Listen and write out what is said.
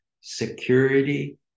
security